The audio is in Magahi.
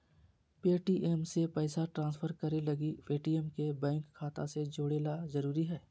पे.टी.एम से पैसा ट्रांसफर करे लगी पेटीएम के बैंक खाता से जोड़े ल जरूरी हय